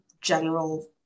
general